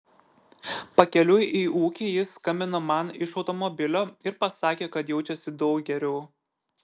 pakeliui į ūkį jis skambino man iš automobilio ir pasakė kad jaučiasi daug geriau